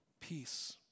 Peace